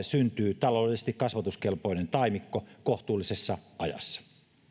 syntyy taloudellisesti kasvatuskelpoinen taimikko kohtuullisessa ajassa